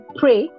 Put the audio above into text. pray